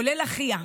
כולל אחיה,